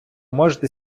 можете